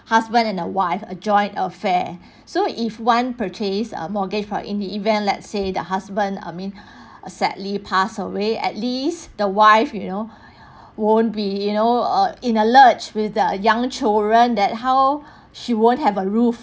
husband and a wife a joint affair so if one purchase err mortgage for in the event let's say the husband I mean uh sadly passed away at least the wife you know won't be you know err in a lurch with the young children that how she won't have a roof